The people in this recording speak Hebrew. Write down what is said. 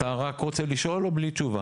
אתה רק רוצה לשאול או בלי תשובה?